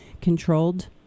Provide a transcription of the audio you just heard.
controlled